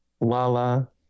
Lala